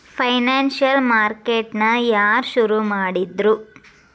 Financial market ನ ಯಾರ್ ಶುರುಮಾಡಿದ್ರು?